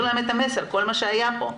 את המסר, כל מה שהיה פה.